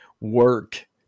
work